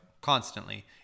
constantly